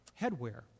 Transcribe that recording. headwear